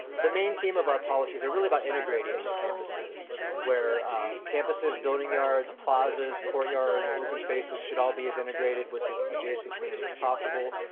the main theme of our policies are really about integrating these campuses where campuses, building yards, plazas, courtyards, open spaces should all be as integrated with the adjacent community as possible.